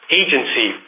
agency